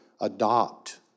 adopt